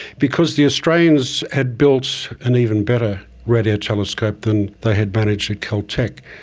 because the australians had built an even better radio telescope than they had managed at caltech.